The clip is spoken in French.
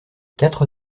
quatre